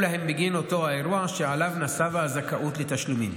להם בגין אותו האירוע שעליו נסבה הזכאות לתשלומים.